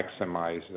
maximize